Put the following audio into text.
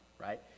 right